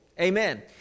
Amen